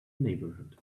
neighborhood